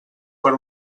per